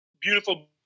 beautiful